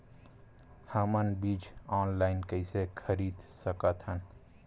हमन बीजा ऑनलाइन कइसे खरीद सकथन?